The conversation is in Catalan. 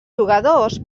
jugadors